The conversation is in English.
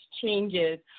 changes